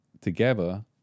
Together